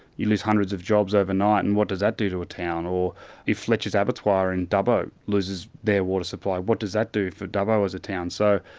you lose hundreds of jobs overnight. and what does that do to a town or a fletchers abattoir in dubbo loses their water supply? what does that do for dubbo as a town? so,